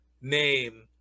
name